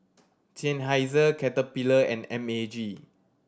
Seinheiser Caterpillar and M A G